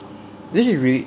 then he re~